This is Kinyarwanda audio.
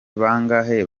bangahe